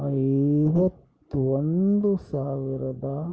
ಐವತ್ತೊಂದು ಸಾವಿರದ